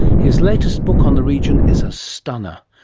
his latest book on the region is a stunner.